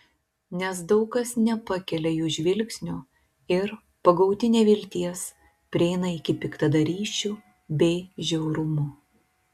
nes daug kas nepakelia jų žvilgsnio ir pagauti nevilties prieina iki piktadarysčių bei žiaurumo